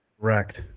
Correct